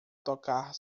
tocar